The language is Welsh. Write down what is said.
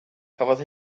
cafodd